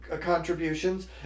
contributions